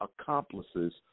accomplices